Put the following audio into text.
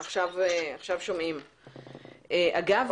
אגב,